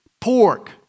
Pork